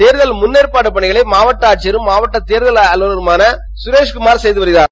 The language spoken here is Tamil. தேர்தல் முன்னேற்பாடு பணிகளை மாவட்ட ஆட்சியரும் மாவட்ட தேர்தல் அதிகாரியுமான சுரேஷ்குமார் செய்து வருகிறார்கள்